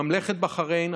ממלכת בחריין,